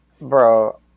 Bro